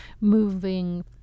moving